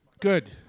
good